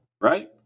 right